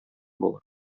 була